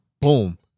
Boom